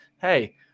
hey